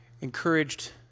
encouraged